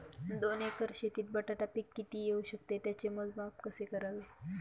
दोन एकर शेतीत बटाटा पीक किती येवू शकते? त्याचे मोजमाप कसे करावे?